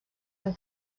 amb